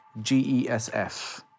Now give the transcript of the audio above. GESF